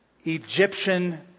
Egyptian